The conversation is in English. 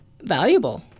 valuable